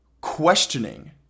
questioning